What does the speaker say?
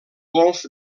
golf